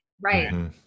right